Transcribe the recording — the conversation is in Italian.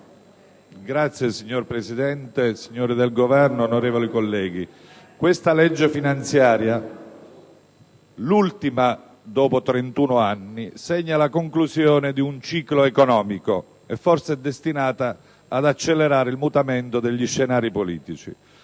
*(PD)*. Signor Presidente, onorevoli colleghi, questa legge finanziaria, l'ultima dopo 31 anni, segna la conclusione di un ciclo economico e forse è destinata ad accelerare il mutamento degli scenari politici.